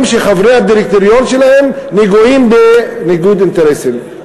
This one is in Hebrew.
שחברי הדירקטוריון שלהם נגועים בניגוד אינטרסים.